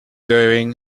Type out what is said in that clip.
doing